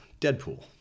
Deadpool